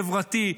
חברתי,